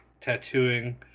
tattooing